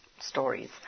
stories